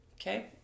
Okay